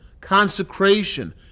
consecration